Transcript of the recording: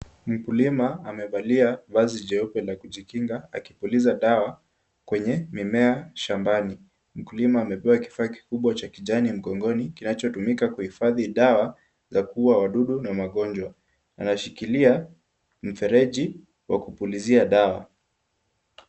Mkulima amevalia vazi jeupe la kujikinga akipuliza dawa kwenye mimea shambani. Mkulima amebeba kifaa kikubwa cha kijani mgongoni kinachotumika kuhifadhi dawa za kuua wadudu na magonjwa. Anashikilia mfereji wa kupulizia dawa.